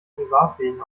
privatwegen